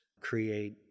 create